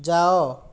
ଯାଅ